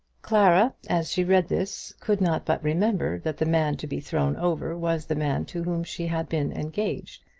clara, as she read this, could not but remember that the man to be thrown over was the man to whom she had been engaged,